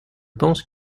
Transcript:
pense